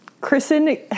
Kristen